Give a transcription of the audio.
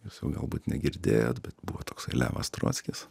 jūs jau galbūt negirdėjot bet buvo toksai levas trockis